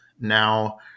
Now